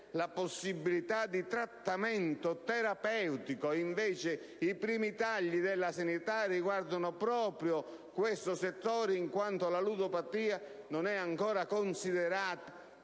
la possibilità di prevedere un trattamento terapeutico. Invece, i primi tagli della sanità riguardano proprio questo settore, in quanto la ludopatia non è ancora considerata